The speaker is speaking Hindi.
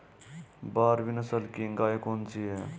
भारवाही नस्ल की गायें कौन सी हैं?